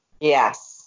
Yes